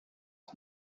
art